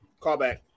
Callback